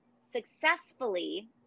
successfully